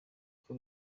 uko